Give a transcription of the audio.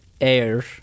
air